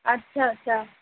ଆଛା ଆଛା